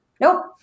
nope